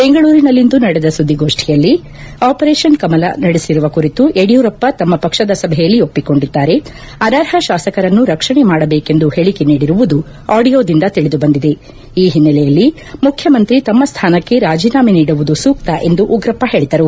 ಬೆಂಗಳೂರಿನಲ್ಲಿಂದು ನಡೆದ ಸುದ್ದಿಗೋಷ್ಠಿಯಲ್ಲಿ ಅಪರೇ ಪನ್ ಕಮಲ ನಡೆಸಿರುವ ಕುರಿತು ಯಡಿಯೂರಪ್ಪ ತಮ್ಮ ಪಕ್ಷದ ಸಭೆಯಲ್ಲಿ ಒಪ್ಪಿಕೊಂಡಿದ್ದಾರೆ ಅನರ್ಹ ಶಾಸಕರನ್ನು ರಕ್ಷಣೆ ಮಾಡಬೇಕೆಂದು ಹೇಳಕೆ ನೀಡಿರುವುದು ಆಡಿಯೋದಿಂದ ತಿಳಿದು ಬಂದಿದೆ ಈ ಹಿನ್ನಲೆಯಲ್ಲಿ ಮುಖ್ಯಮಂತ್ರಿ ತಮ್ಮ ಸ್ಥಾನಕ್ಕೆ ರಾಜೀನಾಮೆ ನೀಡುವುದು ಸೂಕ್ತ ಎಂದು ಉಗ್ರಪ್ಪ ಹೇಳಿದರು